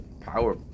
power